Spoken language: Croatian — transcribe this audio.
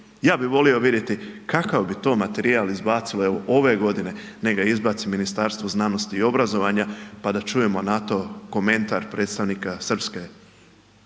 Ja bih volio vidjeti kakav bi to materijal izbacile ove godine nek ga izbaci Ministarstvo znanosti i obrazovanja pa da čujemo na to komentar predstavnika srpske